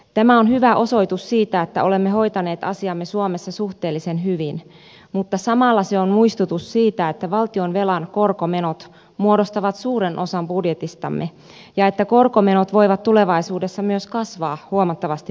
tämä on hyvä osoitus siitä että olemme hoitaneet asiamme suomessa suhteellisen hyvin mutta samalla se on muistutus siitä että valtionvelan korkomenot muodostavat suuren osan budjetistamme ja että korkomenot voivat tulevaisuudessa myös kasvaa huomattavasti markkinatilanteen mukaan